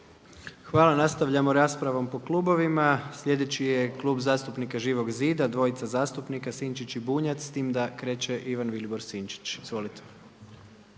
Hvala. Nastavljamo raspravom po klubovima. Sljedeći je Klub zastupnika Živog zida, dvojica zastupnika Sinčić i Bunjac s tim da kreće Ivan Vilibor Sinčić.